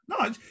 No